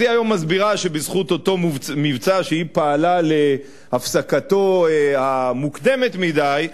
אז היא היום מסבירה שבזכות אותו מבצע שהיא פעלה להפסקתו המוקדמת מדי,